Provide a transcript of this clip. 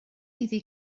iddi